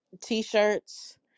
T-shirts